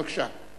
בבקשה.